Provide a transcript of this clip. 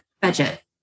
budget